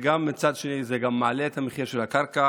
מצד שני זה גם מעלה את המחיר של הקרקע,